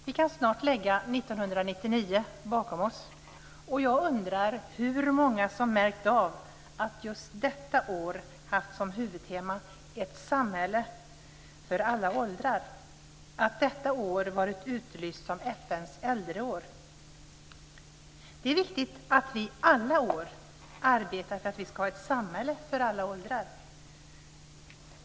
Vi kan snart lägga 1999 bakom oss och jag undrar hur många som märkt av att just detta år haft som huvudtema "Ett samhälle för alla åldrar", att detta år varit utlyst som FN:s äldreår. Det är viktigt att vi alla år arbetar för att vi ska ha ett samhälle för alla åldrar.